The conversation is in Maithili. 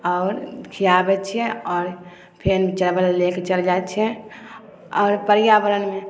आओर खिआबैत छिए आओर फेन चारि बजे लेके चलि जाइत छिए आओर पर्यावरणमे